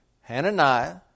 Hananiah